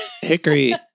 Hickory